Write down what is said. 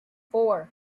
four